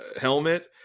helmet